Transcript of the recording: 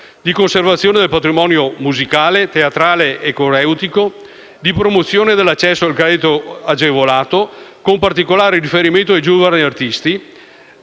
di conservazione del patrimonio musicale, teatrale e coreutico; di promozione dell'accesso al credito agevolato, con un particolare riferimento ai giovani artisti;